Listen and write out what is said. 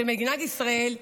של מדינת ישראל,